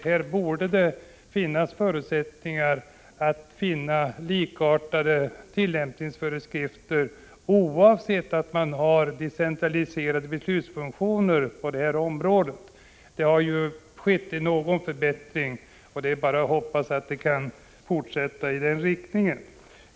Här borde det vara möjligt att finna likartade tillämpningsföreskrifter, trots de decentraliserade beslutsfunktionerna på det här området. Det har blivit något bättre, och man får hoppas att det fortsätter i den riktningen.